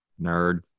Nerd